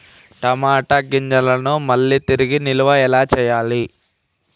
టమాట గింజలను మళ్ళీ తిరిగి నిల్వ ఎలా చేయాలి?